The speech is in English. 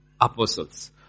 Apostles